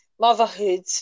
motherhood